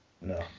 no